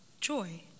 joy